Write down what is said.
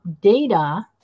data